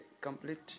complete